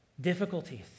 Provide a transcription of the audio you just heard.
difficulties